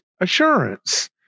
assurance